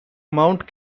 mount